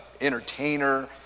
entertainer